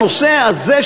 הנושא הזה,